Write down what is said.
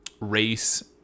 race